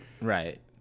Right